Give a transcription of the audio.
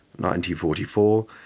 1944